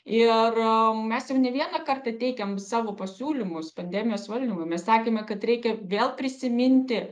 ir mes jau ne vieną kartą teikėm savo pasiūlymus pandemijos valdymui mes sakėme kad reikia vėl prisiminti